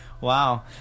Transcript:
Wow